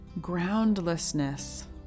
groundlessness